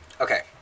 Okay